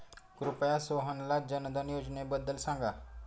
कृपया सोहनला जनधन योजनेबद्दल सांगा